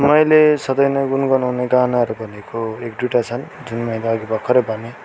मैले सधैँ नै गुनगनाउने गानाहरू भनेको एकदुइटा छन् मैले अघि भर्खरै भनेँ